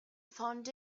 found